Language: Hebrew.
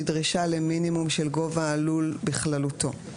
דרישה למינימום של גובה הלול בכללותו.